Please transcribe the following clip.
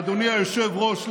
אדוני היושב-ראש,